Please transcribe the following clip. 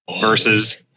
versus